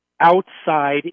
outside